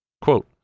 quote